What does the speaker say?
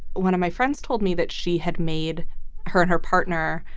one of my friends told me that she had made her and her partner.